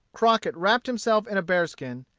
crockett wrapped himself in a bearskin,